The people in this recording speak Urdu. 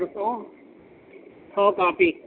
اور سو کاپی